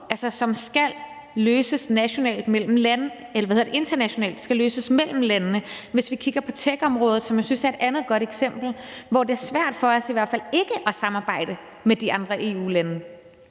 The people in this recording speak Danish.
skal løses internationalt mellem landene. Vi kan kigge på techområdet, som jeg synes er et andet godt eksempel på noget, hvor det er i hvert fald er svært for os ikke at samarbejde med de andre EU-lande.